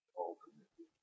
ultimately